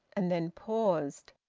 and then paused.